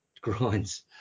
grinds